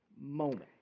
moment